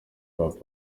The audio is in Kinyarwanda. hop